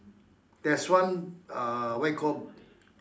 there's one uh what you call